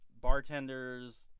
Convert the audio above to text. bartenders